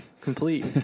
complete